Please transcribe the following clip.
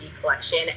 collection